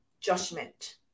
judgment